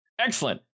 excellent